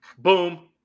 Boom